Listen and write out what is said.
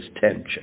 tension